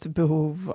behov